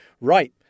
Right